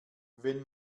wenn